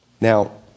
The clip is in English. Now